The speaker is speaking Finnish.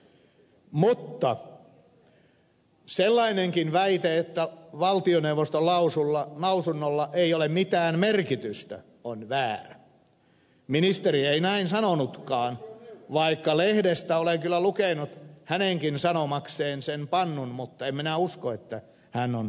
mutta sellainenkin väite että valtioneuvoston lausunnolla ei ole mitään merkitystä on väärä ministeri ei näin sanonutkaan vaikka lehdestä olen kyllä lukenut hänenkin sanomakseen sen pannun en minä usko että hän on näin sanonut